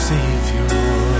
Savior